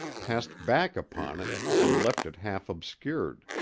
passed back upon it and left it half obscured.